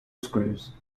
screws